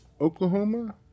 Oklahoma